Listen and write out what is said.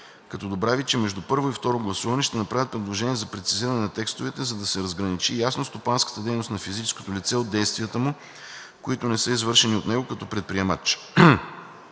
като добави, че между първо и второ гласуване ще направят предложения за прецизиране на текстовете, за да се разграничи ясно стопанската дейност на физическото лице от действията му, които не са извършени от него като предприемач.